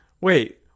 wait